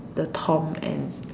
the Tom and